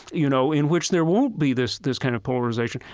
you know, in which there won't be this this kind of polarization.